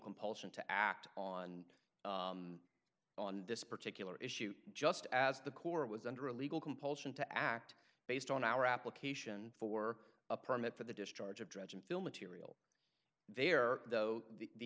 compulsion to act on on this particular issue just as the corps was under a legal compulsion to act based on our application for a permit for the discharge of dredge and fill material there though the